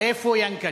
איפה יענקל'ה?